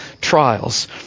trials